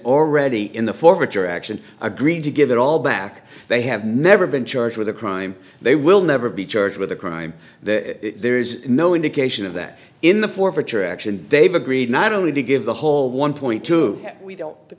already in the forward direction agreed to give it all back they have never been charged with a crime they will never be charged with a crime that there is no indication of that in the forfeiture action they've agreed not only to give the whole one point two we don't the